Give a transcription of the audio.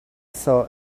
saw